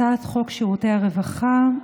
הצעת חוק שירותי הרווחה.